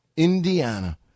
Indiana